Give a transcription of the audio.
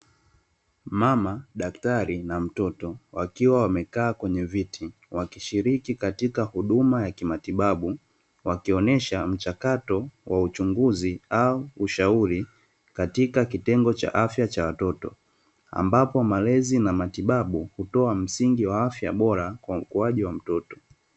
Mama daktari na mtoto, wakiwa wamekaa kwenye viti, wakishiriki katika huduma ya matibabu wakionyesha mchakato wa uchunguzi au ushauri katika kitengo cha afya cha watoto, ambapo malezi na matibabu hutoa msingi wa afya bora kwa ukuaji wa mtoto.